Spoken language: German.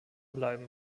bleiben